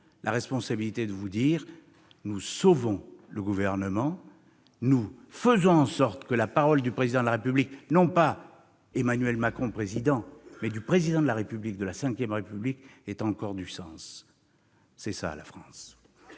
la responsabilité de vous dire : nous sauvons le Gouvernement, nous faisons en sorte que la parole du Président de la République- non pas Emmanuel Macron, mais le Président de la République de la V République -ait encore du sens. C'est cela la France